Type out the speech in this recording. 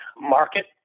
market